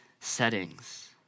settings